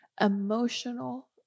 Emotional